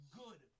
good